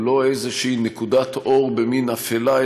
הוא לא איזו נקודת אור במין אפלה,